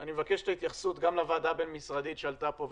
אני מבקש התייחסות גם לוועדה הבין-משרדית שעלתה פה,